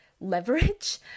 leverage